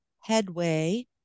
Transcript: headway